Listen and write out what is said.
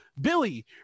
Billy